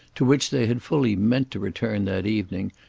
to which they had fully meant to return that evening,